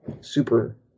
super